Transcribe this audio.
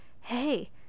hey